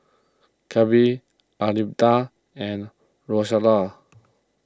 Kahlil Armida and Rosella